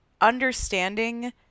understanding